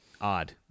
Odd